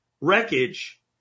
wreckage